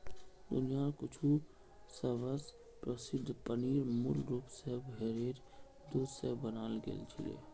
दुनियार कुछु सबस प्रसिद्ध पनीर मूल रूप स भेरेर दूध स बनाल गेल छिले